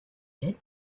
did